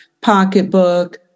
pocketbook